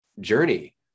journey